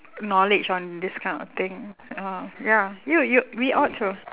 knowledge on this kind of thing ah ya you you we ought so